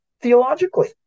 theologically